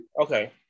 Okay